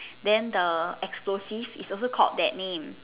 then the explosive is also called that name